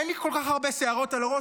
אין לי כל כך הרבה שערות על הראש,